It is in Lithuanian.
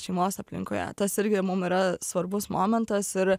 šeimos aplinkoje tas irgi mum yra svarbus momentas ir